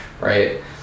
right